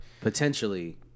potentially